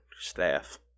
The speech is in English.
staff